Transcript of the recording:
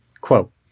Quote